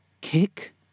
kick